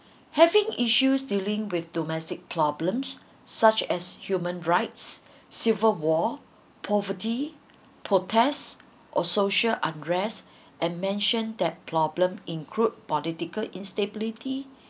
having issues dealing with domestic problems such as human rights civil war poverty protests or social unrest and mentioned that problem include political instability